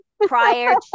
Prior